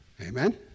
amen